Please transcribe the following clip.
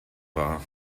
war